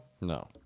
no